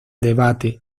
debate